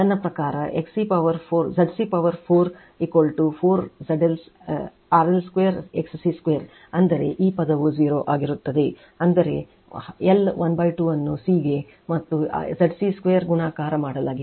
ನನ್ನ ಪ್ರಕಾರ ZC power 4 4 RL2 XC2 ಅಂದರೆ ಈ ಪದವು 0 ಆಗಿರುತ್ತದೆ ಅಂದರೆ L ½ ಅನ್ನು C ಗೆ ಮತ್ತು ZC2 ಗುಣಾಕಾರ ಮಾಡಲಾಗಿದೆ